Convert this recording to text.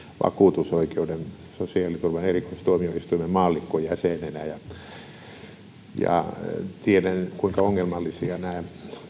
vakuutusoikeuden sosiaaliturvan erikoistuomioistuimen maallikkojäsenenä tiedän kuinka ongelmallisia nämä